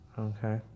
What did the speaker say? Okay